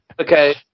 Okay